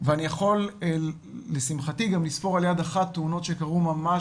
ואני יכול לשמחתי גם לספור על יד אחת תאונות שקרו ממש